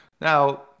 Now